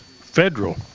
federal